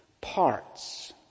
parts